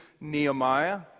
Nehemiah